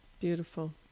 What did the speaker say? Beautiful